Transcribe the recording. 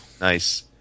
Nice